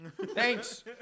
Thanks